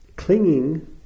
Clinging